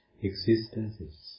existences